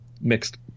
mixed